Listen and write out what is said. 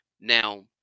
Now